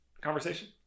conversation